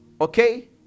okay